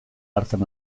hartan